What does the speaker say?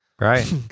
Right